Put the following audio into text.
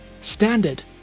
standard